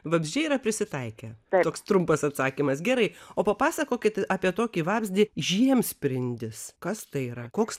vabzdžiai yra prisitaikę toks trumpas atsakymas gerai o papasakokite apie tokį vabzdį žiemsprindis kas tai yra koks